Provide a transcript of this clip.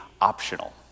optional